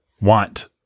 want